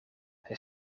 hij